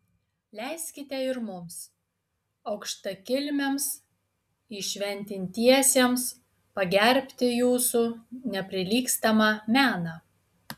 leiskite ir mums aukštakilmiams įšventintiesiems pagerbti jūsų neprilygstamą meną